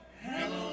Hello